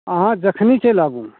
अहाँ जखन चलि आबू